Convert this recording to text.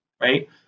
right